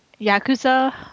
Yakuza